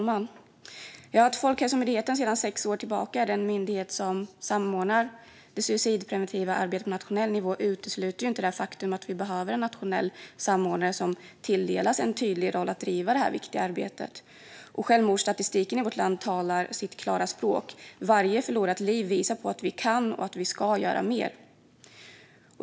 Fru talman! Att Folkhälsomyndigheten sedan sex år tillbaka är den myndighet som samordnar det suicidpreventiva arbetet på nationell nivå utesluter inte det faktum att vi behöver en nationell samordnare som tilldelas en tydlig roll att driva detta viktiga arbete. Självmordsstatistiken i vårt land talar sitt klara språk. Varje förlorat liv visar att vi kan och ska göra mer.